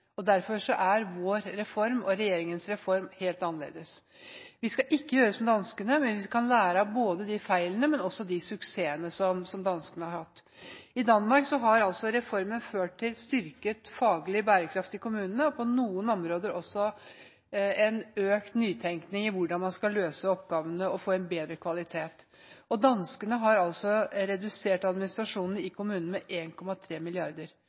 og derfor er vår og regjeringens reform helt annerledes. Vi skal ikke gjøre som danskene, men vi kan lære ikke bare av feilene, men også av de suksessene de har hatt. I Danmark har reformen ført til styrket faglig bærekraft i kommunene, og på noen områder også en økt nytenkning i hvordan man skal løse oppgavene og få bedre kvalitet. Danskene har redusert administrasjonen i kommunene med